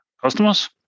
customers